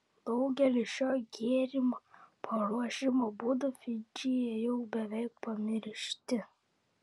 daugelis šio gėrimo paruošimo būdų fidžyje jau beveik pamiršti